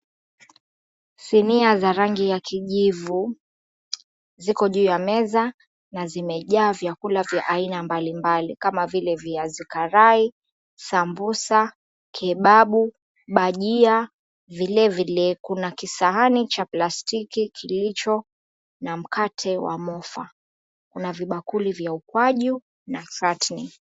Sinia za rangi ya kijivu ziko juu ya meza na zimejaa vyakula vya aina mbalimbali kama vile viazi karai, sambusa, kebabu, bajia. Vilevile, kuna kisahani cha plastiki kilicho na mkate wa mofa. Kuna vibakuli vya ukwaju na chatni.